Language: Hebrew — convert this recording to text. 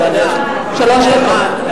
שלוש דקות.